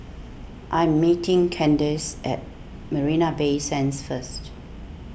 I am meeting Kandace at Marina Bay Sands first